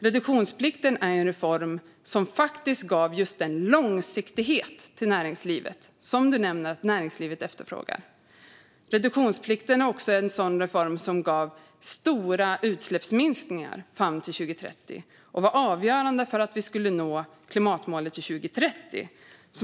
Reduktionsplikten är en reform som faktiskt gav just en långsiktighet till näringslivet, som statsrådet nämnde att näringslivet efterfrågar. Reduktionsplikten är också en sådan reform som gav stora utsläppsminskningar fram till 2030 och var avgörande för att vi skulle nå klimatmålet till 2030.